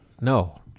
No